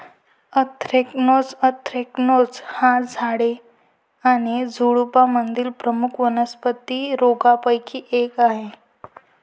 anthracnose anthracnose हा झाडे आणि झुडुपांमधील प्रमुख वनस्पती रोगांपैकी एक आहे